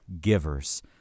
givers